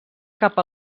cap